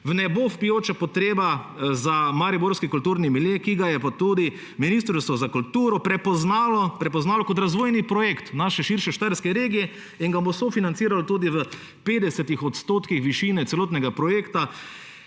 vnebovpijoča potreba za mariborski kulturni milje, ki ga je tudi Ministrstvo za kulturo prepoznalo kot razvojni projekt naše širše štajerske regije in ga bo sofinanciralo v 50 % višine celotnega projekta,